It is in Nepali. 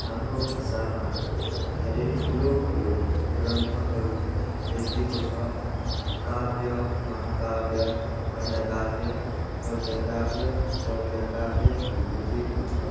हाम्रो भाषामा धेरै ठुलो ठुलो ग्रन्थहरू लेखेको छ काव्य महाकाव्य खण्डकाव्य गद्यकाव्य पद्यकाव्यहरू लेखिएको छ